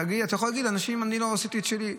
אתה יכול להגיד: עשיתי את שלי.